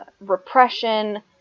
repression